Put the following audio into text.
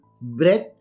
breath